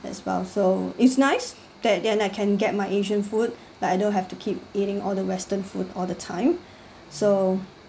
as well so it's nice that then I can get my asian food but I don't have to keep eating all the western food all the time so